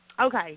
Okay